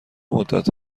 مدت